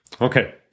okay